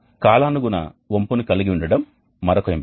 కాలానుగుణ వంపుని కలిగి ఉండటం మరొక ఎంపిక